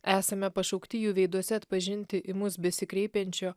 esame pašaukti jų veiduose atpažinti į mus besikreipiančio